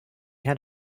had